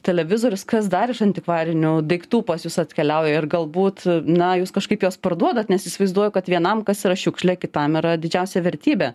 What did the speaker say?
televizorius kas dar iš antikvarinių daiktų pas jus atkeliauja ir galbūt na jūs kažkaip juos parduodat nes įsivaizduoju kad vienam kas yra šiukšlė kitam yra didžiausia vertybė